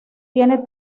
tiene